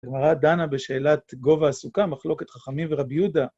הגמרא דנה בשאלת גובה הסוכה, מחלוקת חכמים ורבי יהודה.